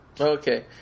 Okay